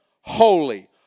holy